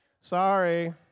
Sorry